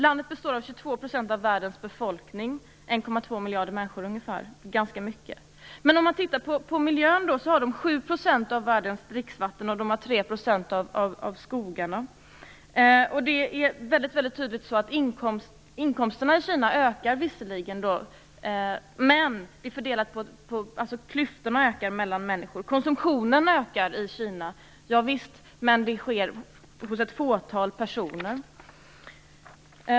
Landet har 22 % av jordens befolkning eller ungefär 1,2 miljarder människor, vilket är ganska mycket. Vad gäller miljön har Kina 7 % av världens dricksvatten och 3 % av skogarna. Visserligen ökar inkomsterna i Kina, men de fördelas på ett sådant sätt att klyftorna mellan människorna ökar. Konsumtionen i Kina ökar, men ökningen sker hos ett fåtal personer.